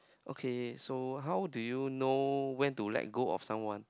okay so how do you know when to let go of someone